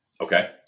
Okay